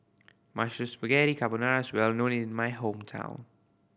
Mushroom Spaghetti Carbonara is well known in my hometown